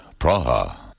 Praha